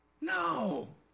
No